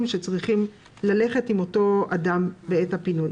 שצריכים ללכת עם אותו אדם בעת הפינוי.